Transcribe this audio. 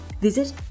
Visit